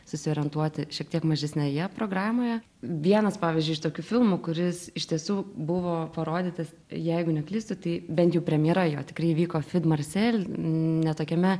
susiorientuoti šiek tiek mažesnėje programoje vienas pavyzdžiui iš tokių filmų kuris iš tiesų buvo parodytas jeigu neklystu tai bent jau premjera jo tikrai įvyko fid marsel ne tokiame